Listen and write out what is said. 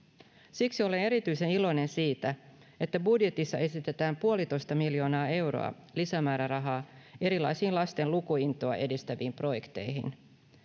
siksi olen erityisen iloinen siitä että budjetissa esitetään puolitoista miljoonaa euroa lisämäärärahaa erilaisiin lasten lukuintoa edistäviin projekteihin